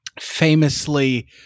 famously